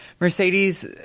Mercedes